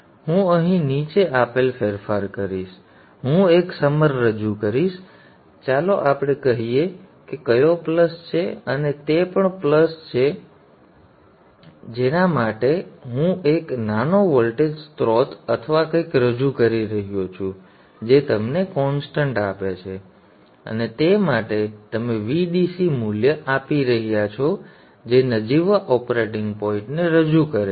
તેથી હું અહીં નીચે આપેલ ફેરફાર કરીશ હું એક સમર રજૂ કરીશ ચાલો આપણે કહીએ કે કયો પ્લસ છે અને તે પણ પ્લસ છે અને આ પ્લસ માટે હું એક નાનો વોલ્ટેજ સ્રોત અથવા કંઈક રજૂ કરી રહ્યો છું જે તમને સતત આપે છે અને તે માટે તમે VDC મૂલ્ય આપી રહ્યા છો જે નજીવા ઓપરેટિંગ પોઇન્ટને રજૂ કરે છે